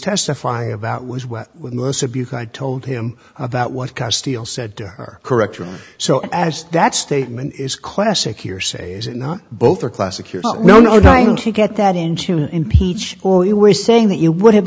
testifying about was well with most abuse i told him about what kind of steel said to her correctly so as that statement is classic hearsay is it not both are classic your no nine to get that into impeach or you were saying that you would have